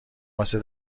واسه